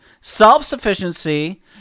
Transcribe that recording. self-sufficiency